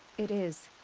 it is.